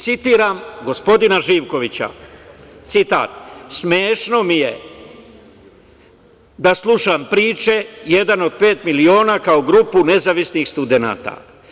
Citiram gospodina Živkovića: "Smešno mi je da slušam priče "Jedan od pet miliona" kao grupu nezavisnih studenata.